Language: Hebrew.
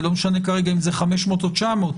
ולא משנה כרגע אם זה 500 או 900,